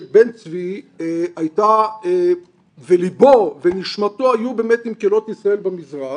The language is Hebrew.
בן צבי ולבו ונשמתו היו באמת עם קהילות ישראל במזרח.